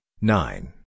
nine